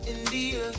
India